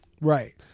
Right